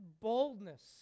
boldness